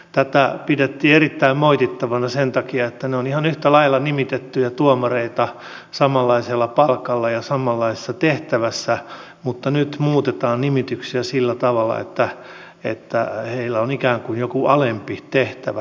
tätä pidettiin erittäin moitittavana sen takia että he ovat ihan yhtä lailla nimitettyjä tuomareita samanlaisella palkalla ja samanlaisessa tehtävässä mutta nyt muutetaan nimityksiä sillä tavalla että heillä on ikään kuin joku alempi tehtävä tuomioistuimessa